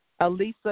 Alisa